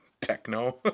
techno